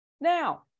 Now